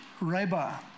Reba